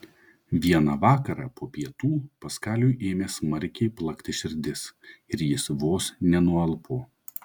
vieną vakarą po pietų paskaliui ėmė smarkiai plakti širdis ir jis vos nenualpo